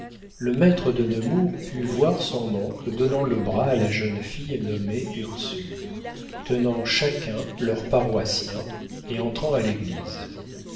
le maître de nemours put voir son oncle donnant le bras à la jeune fille nommée ursule tenant chacun leur paroissien et entrant à l'église